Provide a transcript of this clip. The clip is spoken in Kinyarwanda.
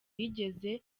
yigeze